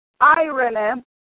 irony